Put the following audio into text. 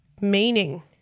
meaning